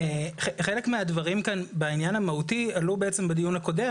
חלק מהדברים כאן בעניין המהותי עלו בעצם בדיון הקודם,